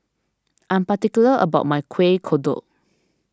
I am particular about my Kueh Kodok